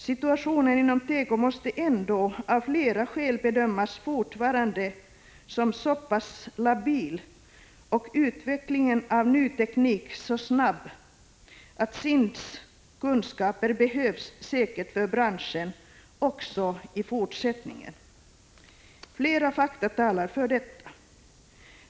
Situationen inom teko måste ändå av flera skäl bedömas som fortfarande så pass labil och utvecklingen av ny teknik så snabb att SIND:s kunskaper säkert behövs för branschen också i fortsättningen. Flera fakta talar för detta.